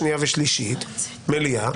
שנייה ושלישית ומליאה.